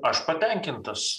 aš patenkintas